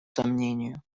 сомнению